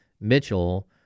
Mitchell